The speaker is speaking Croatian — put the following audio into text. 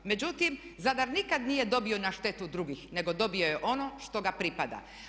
Međutim, Zadar nikad nije dobio na štetu drugih nego dobio je ono što ga pripada.